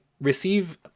receive